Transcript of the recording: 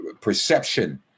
perception